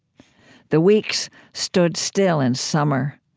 the weeks stood still in summer.